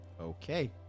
Okay